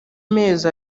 mezi